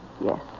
Yes